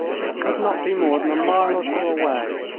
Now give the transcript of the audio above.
it could not be more than a mile or two away.